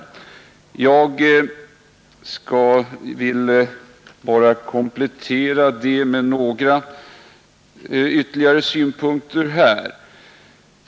Jag vill bara komplettera det med några ytterligare synpunkter.